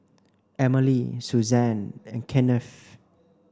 Emily Suzanne and Kennith